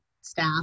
staff